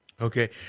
Okay